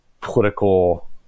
political